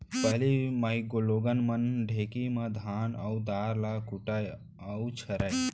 पहिली माइलोगन मन ढेंकी म धान अउ दार ल कूटय अउ छरयँ